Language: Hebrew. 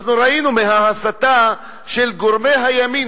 אנחנו ראינו מההסתה של גורמי הימין,